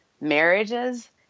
marriages